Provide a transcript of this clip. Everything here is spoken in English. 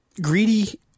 Greedy